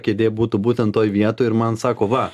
kėdė būtų būtent toj vietoj ir man sako va